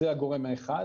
זה הגרום האחד.